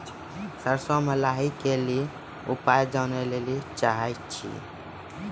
सरसों मे लाही के ली उपाय जाने लैली चाहे छी?